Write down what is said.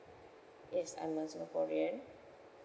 yes I'm a singaporean